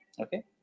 okay